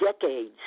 decades